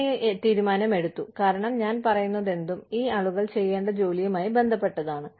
ഞാൻ ഈ തീരുമാനം എടുത്തു കാരണം ഞാൻ പറയുന്നതെന്തും ഈ ആളുകൾ ചെയ്യേണ്ട ജോലിയുമായി ബന്ധപ്പെട്ടതാണ്